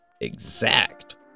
exact